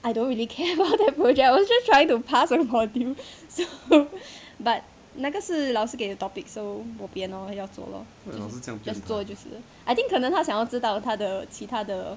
I don't really care about that project I was just trying to pass a module so but 那个是老师给的 topic so bo bian lor 要做 lor just 做就是 I think 可能他想要知道他的其他的